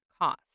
cost